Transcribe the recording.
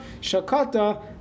Shakata